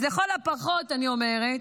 אז לכל הפחות, אני אומרת,